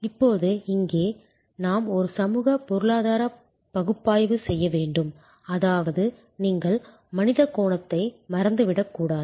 இப்போது இங்கே நாம் ஒரு சமூக பொருளாதார பகுப்பாய்வு செய்ய வேண்டும் அதாவது நீங்கள் மனித கோணத்தை மறந்துவிடக் கூடாது